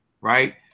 right